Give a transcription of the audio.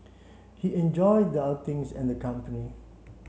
he enjoyed the outings and the company